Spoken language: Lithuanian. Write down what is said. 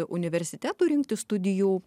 universitetų rinktis studijų